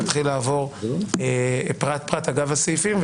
נתחיל לעבור פרט-פרט אגב הסעיפים,